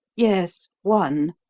yes one.